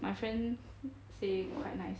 my friend say quite nice